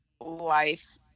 life